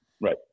Right